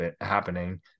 happening